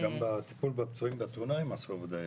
גם בטיפול בתאונה הם עשו עבודה יפה